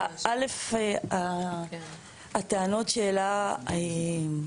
הטענות שהעלה אדון